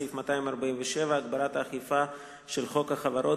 סעיף 247 (הגברת האכיפה של חוק החברות